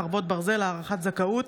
חברות ברזל) (הארכת זכאות),